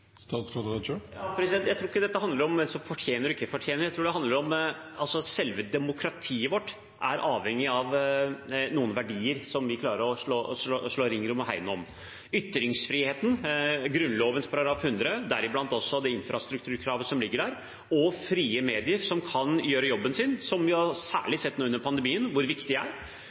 Jeg tror ikke dette handler om hvem som fortjener eller ikke fortjener det. Jeg tror det handler om at selve demokratiet vårt er avhengig av noen verdier som vi må klare å slå ring om og hegne om: ytringsfriheten, Grunnloven § 100 – det infrastrukturkravet som ligger der – og frie medier som kan gjøre jobben sin, som vi særlig nå, under pandemien, har sett hvor viktige er. Noe av medienes oppgave er